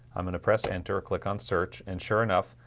i'm gonna press enter click on search and sure enough.